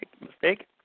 mistake